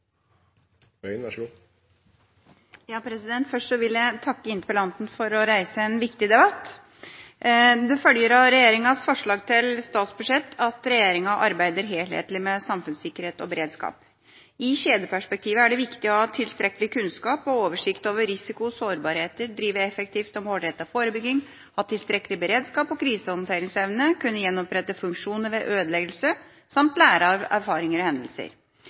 Først vil jeg takke interpellanten for å reise en viktig debatt. Det følger av regjeringas forslag til statsbudsjett at regjeringa arbeider helhetlig med samfunnssikkerhet og beredskap. I kjedeperspektivet er det viktig å ha tilstrekkelig kunnskap og oversikt over risiko og sårbarheter, drive effektiv og målrettet forebygging, ha tilstrekkelig beredskap og krisehåndteringsevne, kunne gjenopprette funksjoner ved ødeleggelse, samt lære av erfaringer og hendelser.